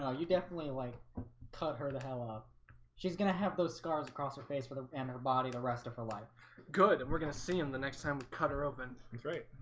ah you definitely like cut her the hell up she's gonna have those scars across her face for them and her body the rest of her life good and we're gonna see him the next time we cut her open. he's right